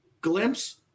glimpse